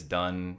done